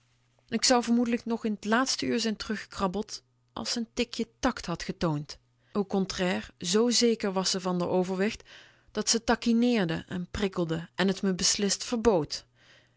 k zou vermoedelijk nog in t laatste uur zijn teruggekrabbeld als ze n tikje tact had getoond au contraire zoo zeker was ze van r overwicht dat ze taquineerde en prikkelde en t me beslist verbd